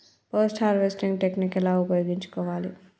Post harvesting technique ఎలా ఉపయోగించుకోవాలి?